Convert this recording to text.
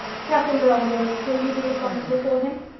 captain vorongil, will you be responsible for him?